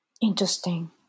Interesting